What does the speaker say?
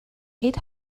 eight